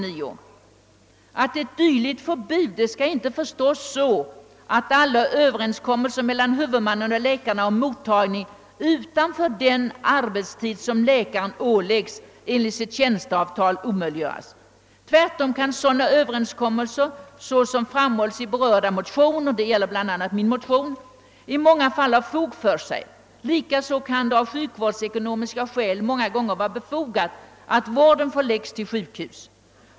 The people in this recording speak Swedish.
Det heter där: »Ett dylikt förbud skall dock icke förstås så att alla överenskommelser mellan huvudmannen och läkarna om mottagning utanför den arbetstid som läkaren åläggs enligt sitt tjänsteavtal omöjliggörs. Tvärtom kan sådana överenskommelser såsom framhålls i berörda motioner» — det gäller bl.a. min motion — »i många fall ha fog för sig. Likaså kan det av sjukvårdsekonomiska skäl många gånger vara befogat att vården förläggs till sjukhus.